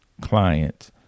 client